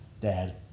dad